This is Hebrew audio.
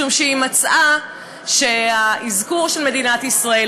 משום שהיא מצאה שהאזכור של מדינת ישראל,